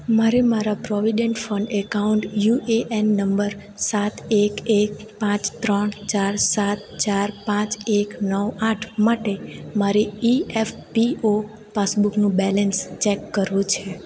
મારે મારા provident fund account UAN number સાત એક એક પાંચ ત્રણ ચાર સાત ચાર પાંચ એક નવ આઠ માટે મારી ઇએફપીઓ પાસબુકનું બેલેન્સ ચેક કરવું છે